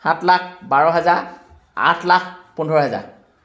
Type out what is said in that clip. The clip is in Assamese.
সাত লাখ বাৰ হেজাৰ আঠ লাখ পোন্ধৰ হেজাৰ